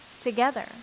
together